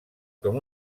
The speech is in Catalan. com